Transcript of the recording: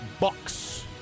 Bucks